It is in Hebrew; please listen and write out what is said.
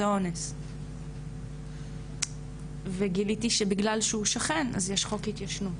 זה אונס וגיליתי שבגלל שהוא שכן אז יש חוק התיישנות